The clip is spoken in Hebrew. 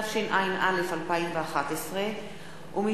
התשע"א 2011. לקריאה ראשונה,